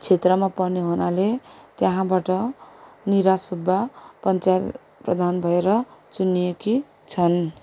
क्षेत्रमा पर्ने हुनाले त्यहाँबाट निरा सुब्बा पञ्चायत प्रधान भएर चुनिएकी छन्